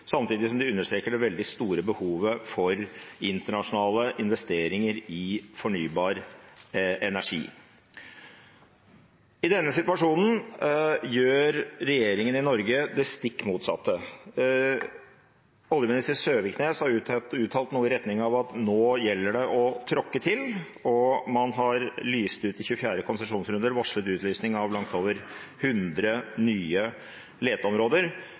samtidig som de understreker det veldig store behovet for internasjonale investeringer i fornybar energi. I denne situasjonen gjør regjeringen i Norge det stikk motsatte. Oljeminister Søviknes har uttalt noe i retning av at nå gjelder det å tråkke til, og man har for 24. konsesjonsrunde varslet utlysning av langt over 100 nye leteområder